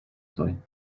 soll